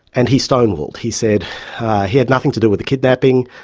and he stonewalled. he said he had nothing to do with the kidnapping,